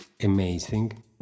amazing